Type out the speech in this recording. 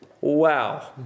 Wow